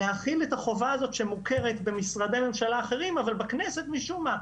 להחיל את החובה הזאת שמוכרת במשרדי ממשלה אחרים אבל בכנסת משום מה,